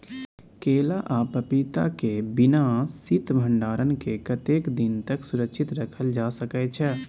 केला आ पपीता के बिना शीत भंडारण के कतेक दिन तक सुरक्षित रखल जा सकै छै?